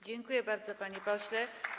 Dziękuję bardzo, panie pośle.